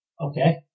Okay